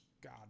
god